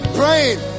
praying